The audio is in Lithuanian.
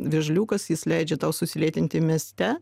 vėžliukas jis leidžia tau susilėtinti mieste